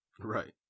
Right